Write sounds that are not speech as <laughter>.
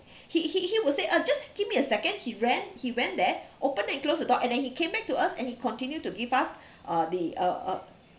he he he will say uh just give me a second he ran he went there open and close the door and then he came back to us and he continue to give us <breath> uh the uh uh